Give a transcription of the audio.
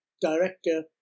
director